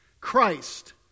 Christ